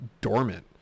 dormant